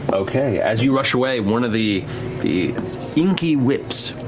okay. as you rush away, one of the the inky whips